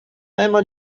einmal